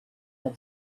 had